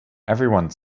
everyone